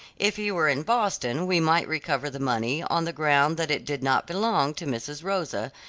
if he were in boston we might recover the money on the ground that it did not belong to mrs. rosa,